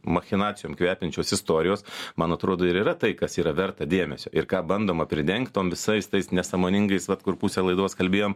machinacijom kvepiančios istorijos man atrodo ir yra tai kas yra verta dėmesio ir ką bandoma pridengt tom visais tais nesąmoningais vat kur pusę laidos kalbėjom